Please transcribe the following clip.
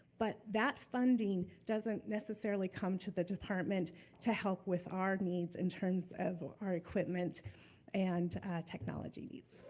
but that funding doesn't necessarily come to the department to help with our needs in terms of our equipment and technology needs.